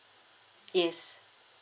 yes